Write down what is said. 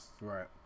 right